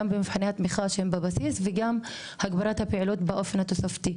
גם במבחני התמיכה שהם בבסיס וגם הגברת הפעילות באופן התוספתי.